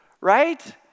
right